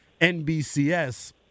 NBCS